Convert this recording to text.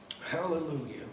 Hallelujah